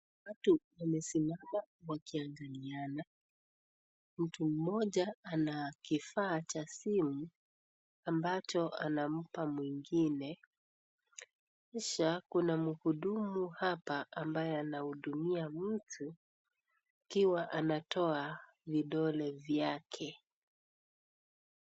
Watu wamesimama wakiangaliana. Mtu mmoja ana kifaa cha simu ambacho anampa mwingine kisha kuna mhudumu hapa ambaye anahudumia mtu akiwa anatoa vidole vyake.